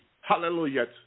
Hallelujah